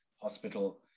Hospital